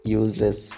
useless